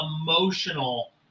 emotional